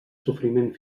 sofriment